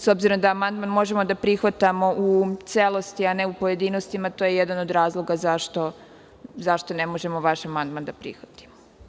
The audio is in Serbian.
S obzirom da amandman možemo da prihvatamo u celosti, a ne u pojedinostima, to je jedan od razloga zašto ne možemo vaš amandman da prihvatimo.